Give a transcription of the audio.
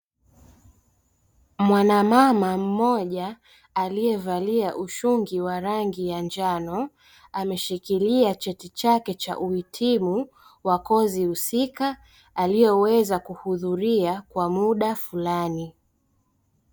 Mwana mama mmoja alievalia ushungi wa rangi ya njano ameshikilia cheti chake cha uhitimu wa kozi husika alioweza kuhudhuria kwa muda fulani.